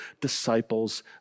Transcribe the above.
disciples